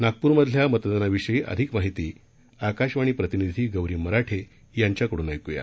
नागपूर मधल्या मतदानाविषयी अधिक माहिती आकाशवाणी प्रतिनिधी गौरी मराठे यांच्याकडून ऐकूया